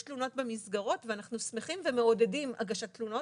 יש תלונות במסגרות ואנחנו שמחים ומעודדים הגשת תלונות.